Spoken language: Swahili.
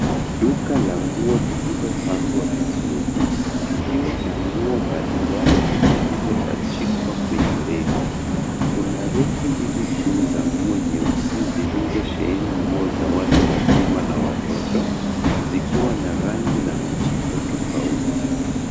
Duka la nguo lililopangwa vizuri, likiwa na nguo mbalimbali zilizopachikwa kwenye reki. Kuna reki mbili kuu za nguo zenye uzi zilizosheheni nguo za watu wazima na watoto, zikiwa na rangi na mitindo tofauti.